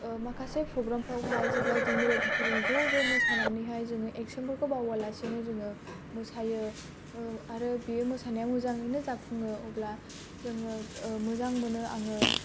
माखासे प्रग्रामफ्रावहाय जेब्ला जों लोगोफोरजों ज' ज' मोसानानै हाय जोङो एकसन फोरखौ बावा लासेनो जोङो मोसायो आरो बे मोसानाया मोजाङैनो जाफुङो अब्ला जोङो मोजां मोनो आङो